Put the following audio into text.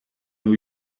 new